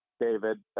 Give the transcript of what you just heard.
David